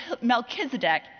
Melchizedek